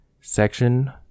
Section